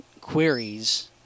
queries